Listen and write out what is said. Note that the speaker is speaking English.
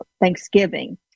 Thanksgiving